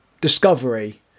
discovery